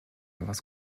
was